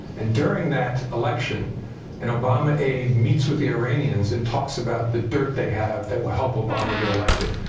and during that election an obama aide meets with the iranians and talks about the dirt they have that will help obama get elected.